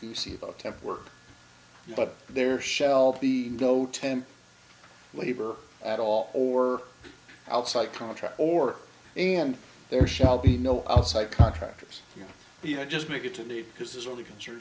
goosey about temp work but there shall be no temp labor at all or outside contract or and there shall be no outside contractors you know just make it to date because there's only concern